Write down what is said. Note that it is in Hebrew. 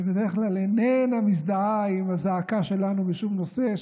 שבדרך כלל איננה מזדהה עם הזעקה שלנו בשום נושא.